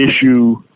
issue